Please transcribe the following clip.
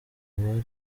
imbere